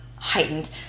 Heightened